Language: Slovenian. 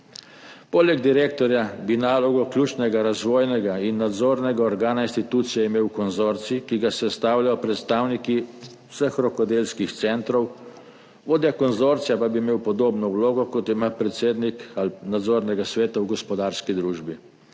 Poleg direktorja bi nalogo ključnega razvojnega in nadzornega organa institucije imel konzorcij, ki ga sestavljajo predstavniki vseh rokodelskih centrov. Vodja konzorcija pa bi imel podobno vlogo, kot jo ima predsednik nadzornega sveta v gospodarski družbi.